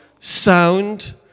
sound